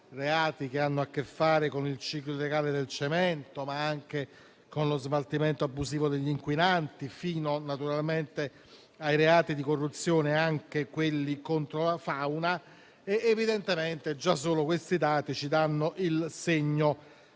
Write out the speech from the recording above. che hanno a che fare con il ciclo illegale del cemento, ma anche con lo smaltimento abusivo degli inquinanti, fino naturalmente alla corruzione e ai reati contro la fauna. Evidentemente bastano questi dati a darci il segno